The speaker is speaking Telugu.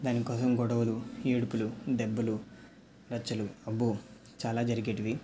దానికోసం గొడవలు ఏడుపులు దెబ్బలు రచ్చలు అబ్బో చాలా జరిగేవి